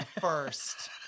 first